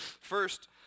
First